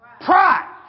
Pride